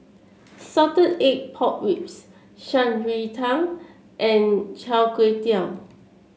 Salted Egg Pork Ribs Shan Rui Tang and Chai Tow Kway